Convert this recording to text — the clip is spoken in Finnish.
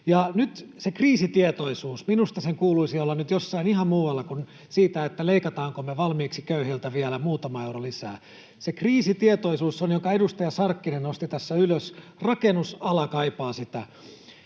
Nyt se kriisitietoisuus, minusta sen kuuluisi olla nyt jossain ihan muualla kuin siinä, leikataanko me valmiiksi köyhiltä vielä muutama euro lisää. Sitä kriisitietoisuutta, minkä edustaja Sarkkinen nosti tässä ylös, rakennusala kaipaa.